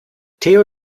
theo